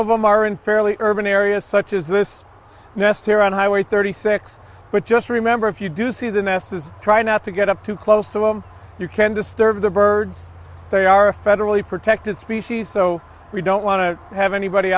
them are in fairly urban areas such as this nest here on highway thirty six but just remember if you do see the nest is trying not to get up too close to him you can disturb the birds they are a federally protected species so we don't want to have anybody